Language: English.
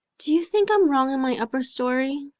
do you think i'm wrong in my upper story?